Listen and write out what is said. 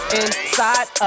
inside